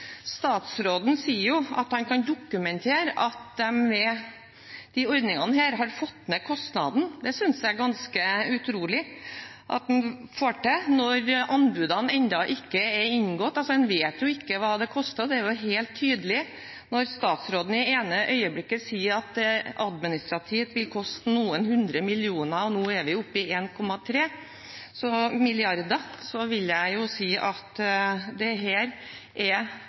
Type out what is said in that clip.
Statsråden sier at han kan dokumentere at en med disse ordningene har fått ned kostnaden. Det synes jeg er ganske utrolig at han får til når anbudene ennå ikke er inngått. Han vet ikke hva det koster, og det er helt tydelig når statsråden i det ene øyeblikket sier at det administrativt vil koste noen hundre millioner kroner, og nå er vi oppe i 1,3 mrd. kr. Da vil jeg si at dette er å spå i framtiden. Jeg ba egentlig bare om en kort merknad, for det